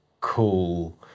cool